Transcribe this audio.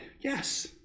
Yes